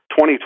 2020